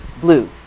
blue